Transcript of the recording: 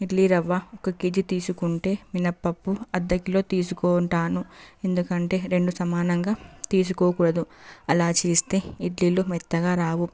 డ్లీ రవ్వ ఒకకేజీ తీసుకుంటే మినప్పప్పు అర్దకిలో తీసుకుంటాను ఎందుకంటే రెండు సమానంగా తీసుకోకూడదు అలా చేస్తే ఇడ్లీలు మెత్తగా రావు